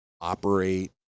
operate